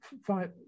five